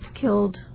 killed